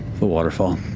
the waterfall.